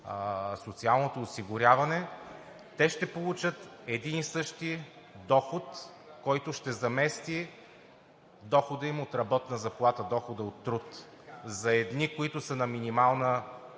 социалното осигуряване, те ще получат един и същи доход, който ще замести дохода им от работна заплата, дохода им от труд. За едни, които са на минимална